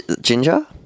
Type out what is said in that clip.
Ginger